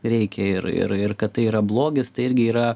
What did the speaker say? reikia ir ir ir kad tai yra blogis tai irgi yra